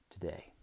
today